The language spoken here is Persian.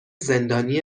زندانی